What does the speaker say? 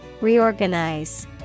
Reorganize